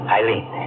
Eileen